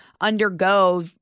undergo